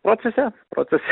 procese procese